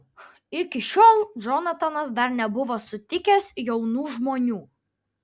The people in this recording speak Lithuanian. iki šiol džonatanas dar nebuvo sutikęs jaunų žmonių